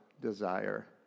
desire